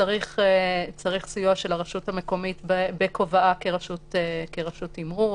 וצריך סיוע של הרשות המקומית בכובעה כרשות תימרור,